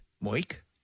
Mike